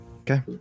okay